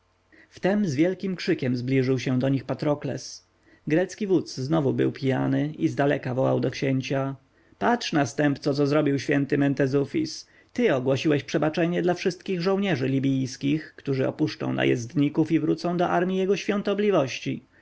wtem z wielkim krzykiem zbliżył się do nich patrokles grecki wódz znowu był pijany i zdaleka wołał do księcia patrz następco co zrobił święty mentezufis ty ogłosiłeś przebaczenie dla wszystkich żołnierzy libijskich którzy opuszczą najezdników i wrócą do armji jego świątobliwości